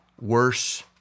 Worse